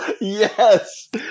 Yes